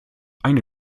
eine